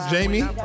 Jamie